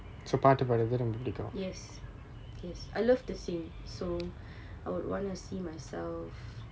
yes yes I love to sing so I would wanna see myself